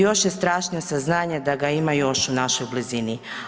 Još je strašnije saznanje da ga ima još u našoj blizini.